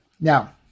Now